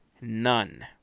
none